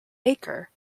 aker